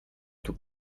tout